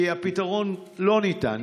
כי הפתרון לא ניתן,